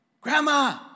Grandma